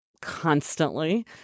constantly